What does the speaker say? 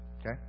Okay